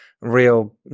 real